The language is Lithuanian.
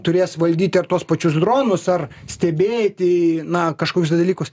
turės valdyti ar tuos pačius dronus ar stebėti na kažkoius tai dalykus